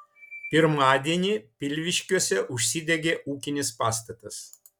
pirmadienį pilviškiuose užsidegė ūkinis pastatas